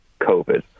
COVID